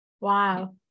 wow